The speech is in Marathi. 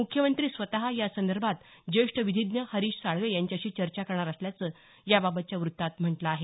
मुख्यमंत्री स्वतः यासंदर्भात ज्येष्ठ विधिज्ञ हरिश साळवे यांच्याशी चर्चा करणार असल्याचं याबाबतच्या वृत्तात म्हटलं आहे